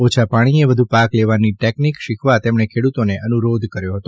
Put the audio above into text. ઓછા પાણીએ વધુ પાક લેવાની ટેકનિક શીખવા તેમણે ખેડૂતોને અનુરોધ કર્યો હતો